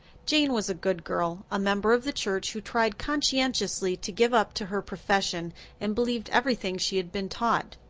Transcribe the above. jane was a good girl, a member of the church, who tried conscientiously to live up to her profession and believed everything she had been taught.